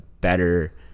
better